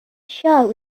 show